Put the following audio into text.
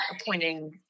appointing